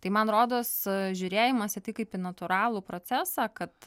tai man rodos žiūrėjimas į tai kaip į natūralų procesą kad